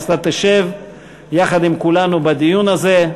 אז אתה תשב יחד עם כולנו בדיון הזה,